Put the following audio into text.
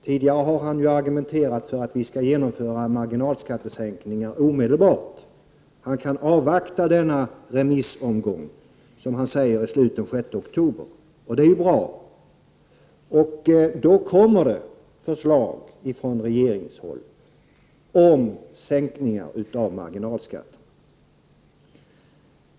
Tidigare har han argumenterat för att vi skall genomföra marginalskattesänkningen omedelbart. Nu säger han att han kan avvakta denna remissomgång, som han anger kommer att vara avslutad den 6 oktober. Det är ju bra, och då kommer det förslag från regeringen om sänkningar av marginalskatten.